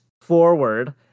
forward